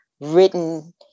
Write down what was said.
written